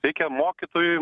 reikia mokytojui